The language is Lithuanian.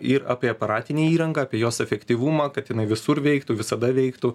ir apie aparatinę įrangą apie jos efektyvumą kad jinai visur veiktų visada veiktų